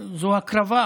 זו הקרבה